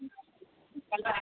कल